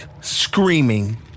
screaming